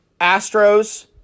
Astros